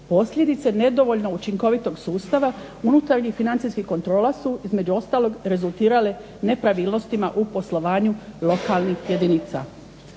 Posljedice nedovoljno učinkovitog sustava unutarnjih financijskih kontrola su između ostalog rezultirali nepravilnostima u poslovanju lokalnih jedinica.